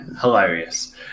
hilarious